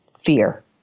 fear